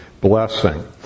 blessing